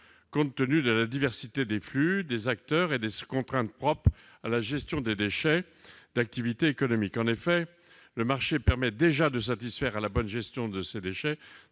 compte tenu de la diversité des flux, des acteurs et des contraintes propres à la gestion des déchets d'activités économiques. Le marché permet déjà de satisfaire à la bonne gestion de ces déchets